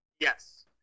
Yes